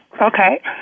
Okay